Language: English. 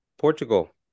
Portugal